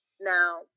Now